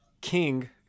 King